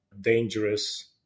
dangerous